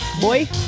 boy